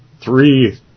three